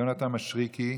יונתן מישרקי,